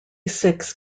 six